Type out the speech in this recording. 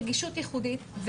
רגישות ייחודית,